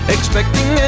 Expecting